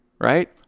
right